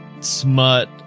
smut